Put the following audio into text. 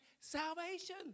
salvation